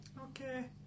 Okay